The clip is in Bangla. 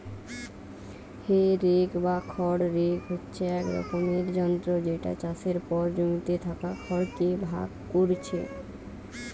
হে রেক বা খড় রেক হচ্ছে এক রকমের যন্ত্র যেটা চাষের পর জমিতে থাকা খড় কে ভাগ কোরছে